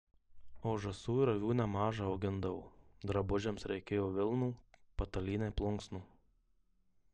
o žąsų ir avių nemaža augindavo drabužiams reikėjo vilnų patalynei plunksnų